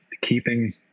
keeping